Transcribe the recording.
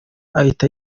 ahita